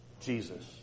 Jesus